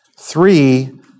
Three